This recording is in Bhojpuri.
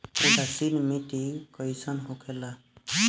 उदासीन मिट्टी कईसन होखेला?